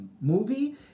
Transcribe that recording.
movie